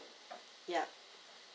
yeah